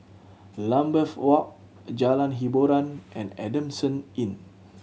Lambeth Walk Jalan Hiboran and Adamson Inn